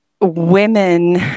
women